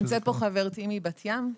נמצאת פה חברתי מבת ים.